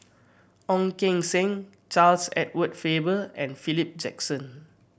Ong Keng Sen Charles Edward Faber and Philip Jackson